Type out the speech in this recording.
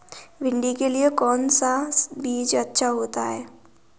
भिंडी के लिए कौन सा बीज अच्छा होता है?